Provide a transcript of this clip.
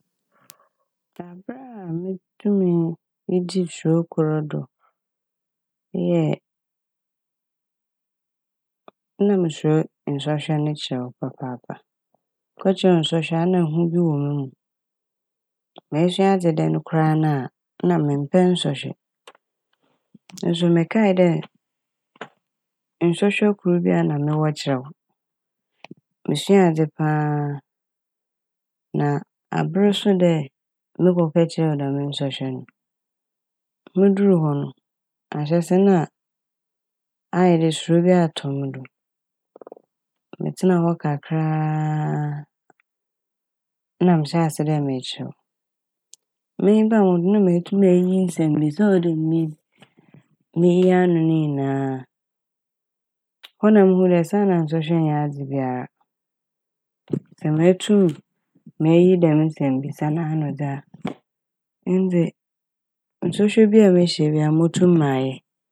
Aber a metumii edzii suro kor do eyɛ na musuro nsɔhwɛ ne kyerɛw papaapa. Mokɔkyerɛw nsɔhwɛ a na hu bi wɔ mo mu, mesua adze dɛn koraa na a na memmpɛ nsɔhwɛ nso mekae dɛ nsɔhwɛ kor bi a na mowɔ kyerɛw mesua adze paa na aber so dɛ mokɔ kɛkyerɛw dɛm nsɔhwɛ no mudur hɔ no, ahyɛse na a ayɛ suro bi atɔ mo do metsenaa hɔ kakra a ma mehyɛɛ ase dɛ meekyerɛw. M'enyi baa mo ho do n' na meetum eyiyi nsɛmbisa a ɔwɔ dɛ miyi miyiyi ano ne nyinaa hɔ na muhu dɛ nsɔhwɛ nnyɛ adze biara sɛ metum meyi dɛm nsɛmbisa n'ano dze a ndze nsɔhwɛ bia a mehyia bia a motum mayɛ.